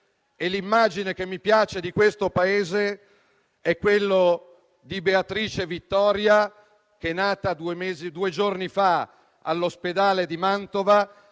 L'immagine che mi piace di questo Paese è quella di Beatrice Vittoria, che è nata due giorni fa all'ospedale di Mantova